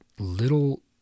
little